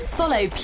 follow